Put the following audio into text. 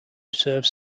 serves